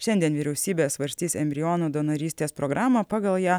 šiandien vyriausybė svarstys embrionų donorystės programą pagal ją